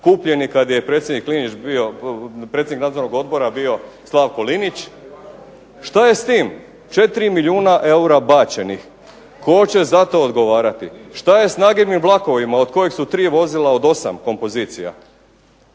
kupljen je kad je predsjednik Nadzornog odbora bio Slavko Linić, šta je s tim? 4 milijuna eura bačenih, tko će za to odgovarati, šta je s nagibnim vlakovima od kojih su tri vozila od 8 kompozicija.